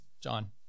John